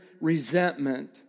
resentment